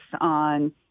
on